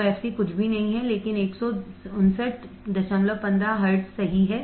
तो fc कुछ भी नहीं है लेकिन 15915 हर्ट्ज सही है